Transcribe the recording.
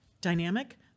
dynamic